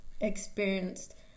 experienced